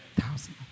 Thousand